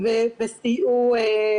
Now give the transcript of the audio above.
וזה באמת חשוב.